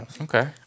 Okay